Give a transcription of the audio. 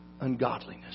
ungodliness